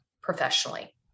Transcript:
professionally